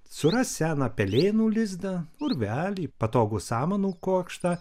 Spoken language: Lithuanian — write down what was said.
suras seną pelėnų lizdą urvelį patogų samanų kuokštą